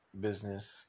Business